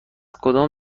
کدام